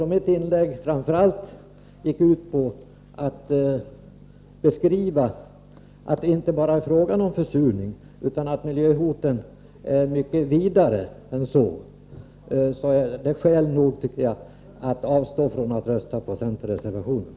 Mitt inlägg gick framför allt ut på att beskriva att det inte bara är fråga om försurning utan att miljöhotet är mycket vidare än så, och jag tycker att det är skäl nog att avstå från att rösta på mittenreservationen.